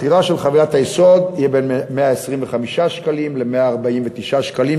מחירה של חבילת היסוד יהיה בין 125 שקלים ל-149 שקלים.